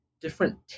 different